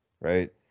right